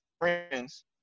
friends